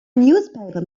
newspaper